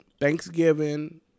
Thanksgiving